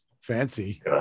fancy